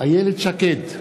איילת שקד,